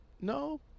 no